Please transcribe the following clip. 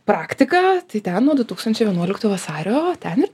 praktiką tai ten nuo du tūkstančiai vienuoliktų vasario ten ir